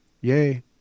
Yay